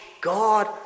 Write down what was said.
God